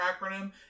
acronym